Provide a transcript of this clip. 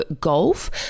Golf